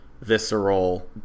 visceral